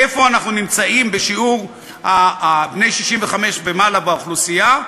איפה אנחנו נמצאים בשיעור בני 65 ומעלה באוכלוסייה?